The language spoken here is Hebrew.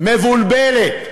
מבולבלת,